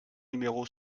numéro